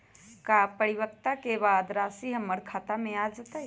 का परिपक्वता के बाद राशि हमर खाता में आ जतई?